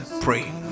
pray